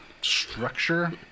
structure